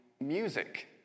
music